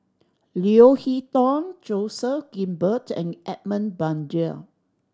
Leo Hee Tong Joseph Grimberg and Edmund Blundell